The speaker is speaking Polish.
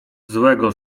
złego